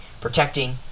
protecting